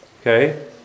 Okay